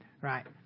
Right